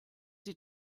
sie